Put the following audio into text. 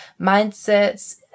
mindsets